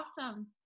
awesome